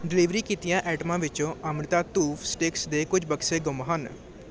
delivery ਕੀਤੀਆਂ ਆਈਟਮਾਂ ਵਿੱਚੋਂ ਅਮ੍ਰਿਤਾ ਧੂਫ ਸਟਿਕਸ ਦੇ ਕੁਝ ਬਕਸੇ ਗੁੰਮ ਹਨ